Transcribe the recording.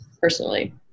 personally